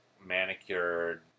manicured